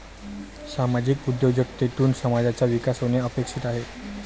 सामाजिक उद्योजकतेतून समाजाचा विकास होणे अपेक्षित आहे